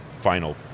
final